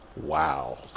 wow